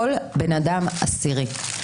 כל בן אדם עשירי.